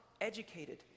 educated